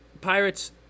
Pirates